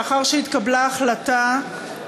לאחר שהתקבלה ההחלטה,